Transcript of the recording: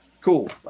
cool